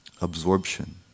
absorption